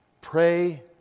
pray